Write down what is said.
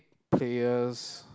players